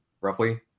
roughly